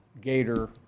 Gator